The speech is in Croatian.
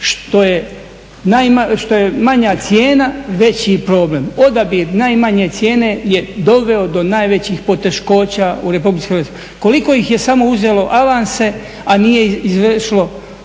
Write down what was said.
što je manja cijena veći je problem. Odabir najmanje cijene je doveo do najvećih poteškoća u Republici Hrvatskoj. Koliko ih je samo uzelo avanse a nije izvršilo